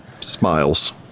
smiles